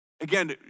Again